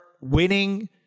winning